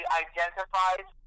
identifies